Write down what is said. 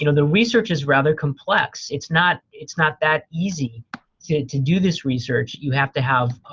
you know the research is rather complex. it's not it's not that easy so to do this research. you have to have